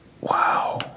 Wow